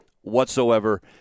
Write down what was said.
whatsoever